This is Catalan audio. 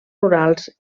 rurals